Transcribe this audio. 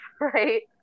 right